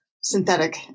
synthetic